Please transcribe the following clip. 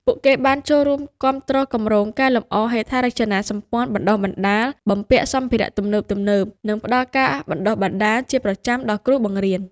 ពួកគេបានចូលរួមគាំទ្រគម្រោងកែលម្អហេដ្ឋារចនាសម្ព័ន្ធបណ្តុះបណ្តាល បំពាក់សម្ភារៈទំនើបៗ និងផ្តល់ការបណ្តុះបណ្តាលជាប្រចាំដល់គ្រូបង្រៀន។